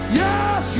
yes